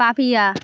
Papiya